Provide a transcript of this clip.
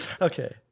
Okay